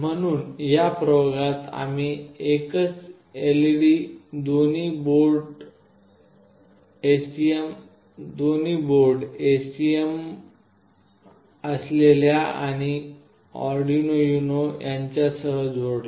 म्हणून या प्रयोगात आम्ही एकच LED दोन्ही बोर्ड STM असलेल्या आणि आर्डिनो युनो यांच्यासह जोडला